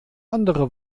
andere